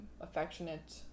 affectionate